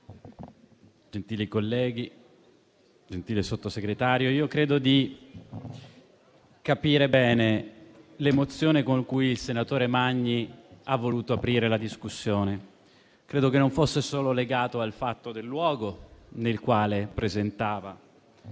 gentili colleghi, gentile Sottosegretario, credo di capire bene l'emozione con cui il senatore Magni ha voluto aprire la discussione e credo che non fosse solo legata al luogo nel quale presentava